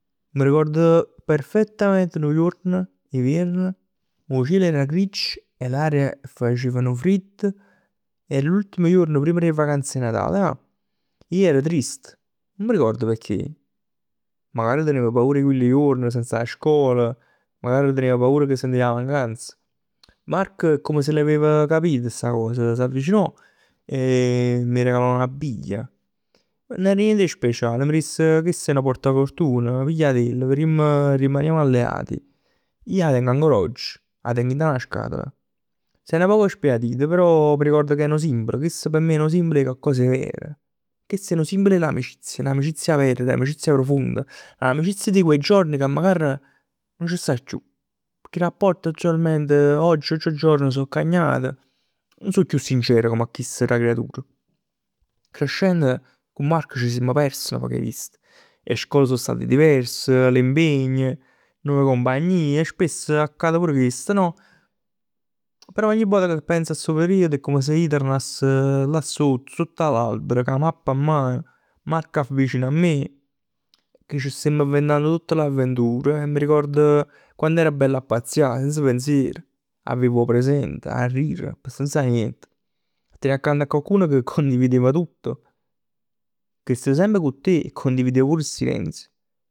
M'arricord perfettament nu juorn 'e viern, 'o ciel era grig e l'aria, facev nu fridd e l'ultimo juorn prima d' 'e vacanze 'e Natale ja. Ij ero trist, nun m'arricord pecchè, ma over tenev paura 'e chilli juorn senza 'a scol. Magari tenev paura ca sentev 'a mancanz. Marco è come se l'aveva capita chesta cos, si avvicinò e m' regalav 'na biglia. Nun era niente 'e speciale, m' disse chest è nu porta fortuna, pigliatell, verimm e rimanimm alleati. Ij 'a teng ancora oggi, 'a teng dint 'a 'na scatola. S'è nu poc sbiadita, però m'arricord che è nu simbolo, chest p' me è nu simbolo e coccos 'e ver. Chest è nu simbolo 'e n'amicizia, n'amicizia vera, n'amicizia profonda. Amicizia di quei giorni che ammagar nun c' sta chiù. Che 'e rapport giornalment, oggi, oggi giorno so cagnat, nun so chiù sincer comm 'a chist da creatur. Crescenn cu Marco c' simm pers 'e vista. 'E scol so state divers, l'impegn, 'e compagnie e spesso accade pur chest no? Però ogni vota ca pens 'a stu periodo è come se ij turnass là sott. Sott 'a l'alber cu 'a mappa mman. Marco vicino a me, ca c' stemm inventann tutt l'avventure. E m'arricord quann era bell a pazzià senza pensier, a vive 'o presente, a rire p'senza niente. Tenè accant a cocchedun ca condivideva tutto. Che stev semp cu te e condivideva pur il silenzio.